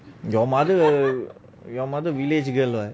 your mother your mother village girl